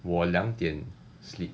我两点 sleep